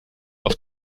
auf